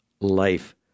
life